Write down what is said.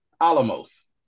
Alamos